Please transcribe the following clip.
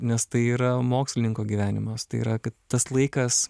nes tai yra mokslininko gyvenimas tai yra tas laikas